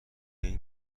این